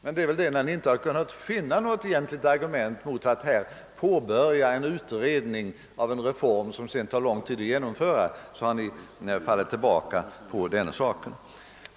Men skälet är väl, att när ni inte har kunnat finna något egentligt argument mot att påbörja en utredning av en reform som sedan tar lång tid att genomföra, så har ni fallit tillbaka till detta negativa ställningstagande.